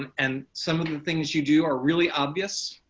and some of the things you do are really obvious,